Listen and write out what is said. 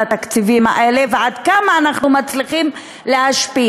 התקציבים האלה ועד כמה אנחנו מצליחים להשפיע.